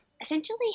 essentially